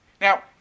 Now